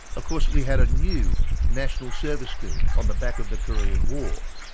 of course we had a new national service scheme on the back of the korean war.